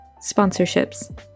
sponsorships